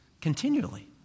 continually